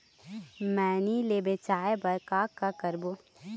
मैनी ले बचाए बर का का करबो?